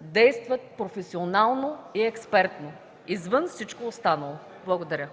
действат професионално и експертно, извън всичко останало. Благодаря.